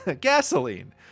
gasoline